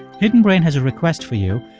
hidden brain has a request for you.